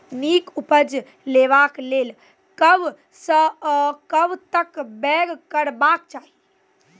नीक उपज लेवाक लेल कबसअ कब तक बौग करबाक चाही?